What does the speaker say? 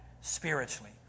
spiritually